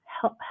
help